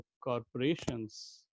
corporations